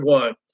one